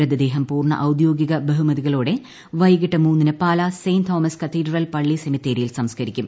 മൃതദേഹം പൂർണ ഔദ്യോഗിക ബഹുമതികളോടെ വൈകിട്ട് മൂന്നിന് പാലാ സെന്റ്തോമസ് കത്തീഡ്രൽ പള്ളി സെമിത്തേരിയിൽ സംസ്കരിക്കും